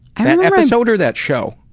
and that episode or that show?